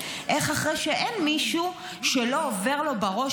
איך אחרי שאין מישהו שלא עובר לו בראש